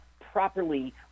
properly